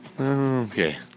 Okay